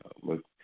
Look